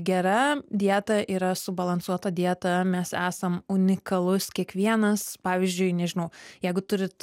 gera dieta yra subalansuota dieta mes esam unikalus kiekvienas pavyzdžiui nežinau jeigu turit